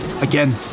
again